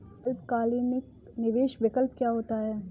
अल्पकालिक निवेश विकल्प क्या होता है?